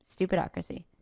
Stupidocracy